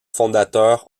fondateurs